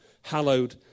hallowed